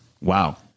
Wow